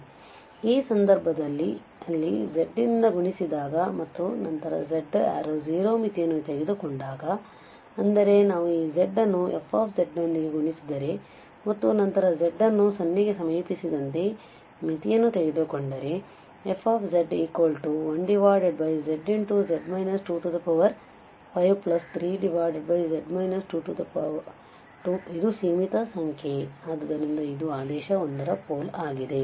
ಆದ್ದರಿಂದ ಈ ಸಂದರ್ಭದಲ್ಲಿ ಅಲ್ಲಿ z ನಿಂದ ಗುಣಿಸಿದಾಗ ಮತ್ತು ನಂತರ z → 0 ಮಿತಿಯನ್ನು ತೆಗೆದುಕೊಂಡಾಗ ಅಂದರೆ ನಾವು ಈ z ಅನ್ನು f ನೊಂದಿಗೆ ಗುಣಿಸಿದರೆ ಮತ್ತು ನಂತರ z ಅನ್ನು 0 ಕ್ಕೆ ಸಮೀಪಿಸಿದಂತೆ ಮಿತಿಯನ್ನು ತೆಗೆದುಕೊಂಡರೆ ಇಲ್ಲಿ fz1zz 253z 22 ಇದು ಸೀಮಿತ ಸಂಖ್ಯೆ ಆದ್ದರಿಂದ ಇದು ಆದೇಶ 1 ರ ಪೋಲ್ ಆಗಿದೆ